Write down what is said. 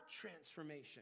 transformation